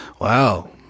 wow